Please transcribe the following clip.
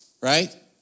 Right